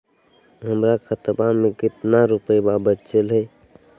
हमर खतवा मे कितना रूपयवा बचल हई?